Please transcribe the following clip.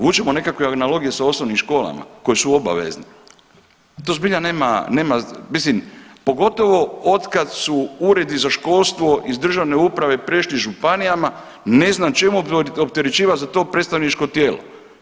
Vučemo nekakve analogije s osnovnim školama koje su obavezne, to zbilja nema, nema, mislim pogotovo od kad su uredi za školstvo iz državne uprave prešli županijama ne znam čemu opterećivat za to predstavničko tijelo.